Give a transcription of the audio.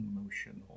emotional